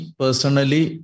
personally